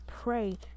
pray